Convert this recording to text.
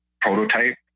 prototype